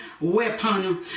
weapon